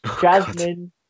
Jasmine